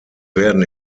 werden